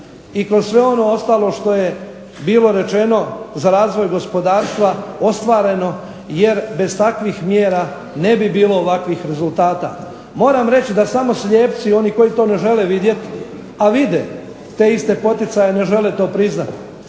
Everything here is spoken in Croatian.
i kroz sve ono ostalo što je bilo rečeno za razvoj gospodarstva ostvareno, jer bez takvih mjera ne bi bilo ovakvih rezultata. Moram reći da samo slijepci koji to ne žele vidjeti,a vide te iste poticaje ne žele to priznati.